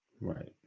Right